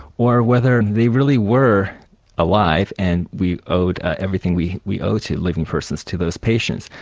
or whether they really were alive and we owed everything we we owed to living persons to those patients.